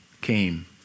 came